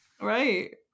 Right